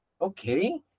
okay